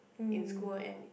in school and